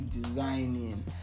designing